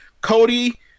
Cody